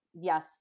yes